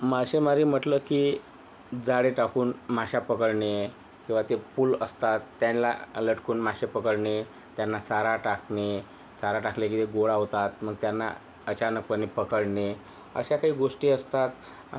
मासेमारी म्हटलं की जाळे टाकून मासे पकडणे किंवा ते पूल असतात त्यांना लटकून मासे पकडणे त्यांना चारा टाकणे चारा टाकले की ते गोळा होतात मग त्यांना अचानकपणे पकडणे अशा काही गोष्टी असतात